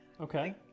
Okay